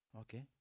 okay